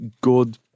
good